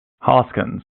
hoskins